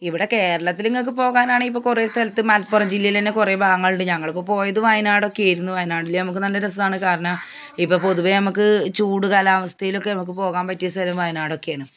ഇവിടെ കേരളത്തിൽ ഇങ്ങക്ക് പോകാനാണെ ഇപ്പോൾ കുറേ സ്ഥലത്ത് മലപ്പുറം ജില്ലയിൽ തന്നെ കുറേ ഭാഗങ്ങളുണ്ട് ഞങ്ങളിപ്പോൾ പോയത് വയനാടൊക്കെയായിരുന്നു വയനാടിൽ അമക്ക് നല്ല രസമാണ് കാരണം ഇപ്പോൾ പൊതുവെ അമക്ക് ചൂടുകാലാവസ്ഥയിലൊക്കെ അമക്ക് പോകാൻ പറ്റിയ സ്ഥലം വയനാടൊക്കെയാണ്